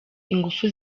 ingufu